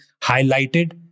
highlighted